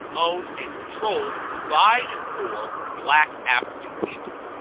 owned, and controlled by and for black african people.